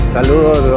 Saludos